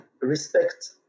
respect